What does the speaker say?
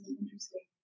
interesting